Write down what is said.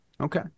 Okay